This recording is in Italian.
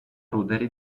ruderi